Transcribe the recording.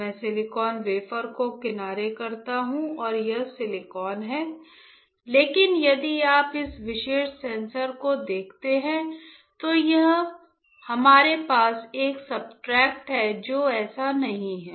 मैं silicon wafer को किनारे करता हूं यह सिलिकॉन है लेकिन यदि आप इस विशेष सेंसर को देखते हैं तो यहां हमारे पास एक सब्सट्रेट है जो ऐसा नहीं है